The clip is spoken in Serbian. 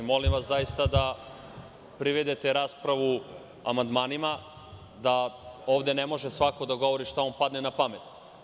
Molim vas, zaista, da privedete raspravu amandmanima, da ovde ne može svako da govori šta mu padne na pamet.